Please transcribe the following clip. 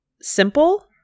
simple